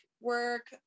work